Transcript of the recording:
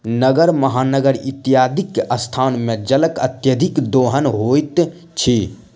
नगर, महानगर इत्यादिक स्थान मे जलक अत्यधिक दोहन होइत अछि